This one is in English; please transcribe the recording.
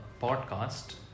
podcast